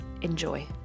Enjoy